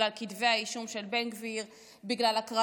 בגלל כתבי האישום של בן גביר,